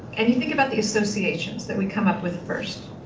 and you think about the associations that we come up with first.